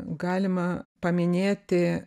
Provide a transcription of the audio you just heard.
galima paminėti